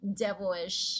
devilish